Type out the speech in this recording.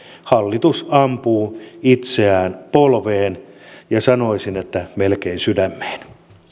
hallitus ampuu itseään polveen ja sanoisin että melkein sydämeen